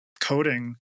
coding